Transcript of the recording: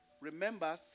Remember